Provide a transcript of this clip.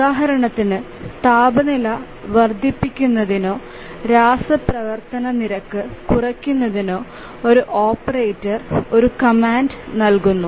ഉദാഹരണത്തിന് താപനില വർദ്ധിപ്പിക്കുന്നതിനോ രാസപ്രവർത്തന നിരക്ക് കുറയ്ക്കുന്നതിനോ ഒരു ഓപ്പറേറ്റർ ഒരു കമാൻഡ് നൽകുന്നു